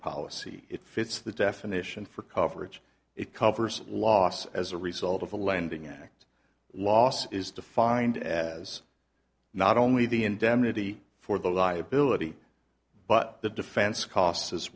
policy it fits the definition for coverage it covers a loss as a result of a lending act loss is defined as not only the indemnity for the liability but the defense costs as